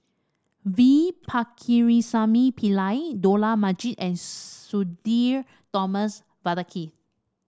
V Pakirisamy Pillai Dollah Majid and Sudhir Thomas Vadaketh